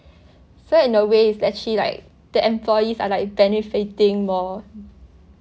so in a way it's actually like that employees are like benefitting more